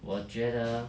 我觉得